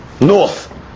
North